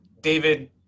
David